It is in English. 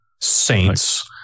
saints